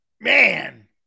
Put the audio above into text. Man